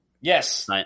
Yes